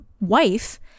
wife